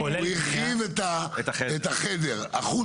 זאת אומרת, הוא הרחיב את החדר החוצה,